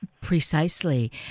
Precisely